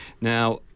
Now